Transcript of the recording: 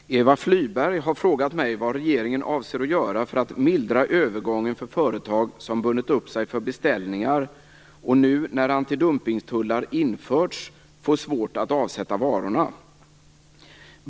Herr talman! Eva Flyborg har frågat mig vad regeringen avser göra för att mildra övergången för företag som bundit upp sig för beställningar och som nu när antidumpningstullar införts får svårt att avsätta varorna.